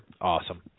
Awesome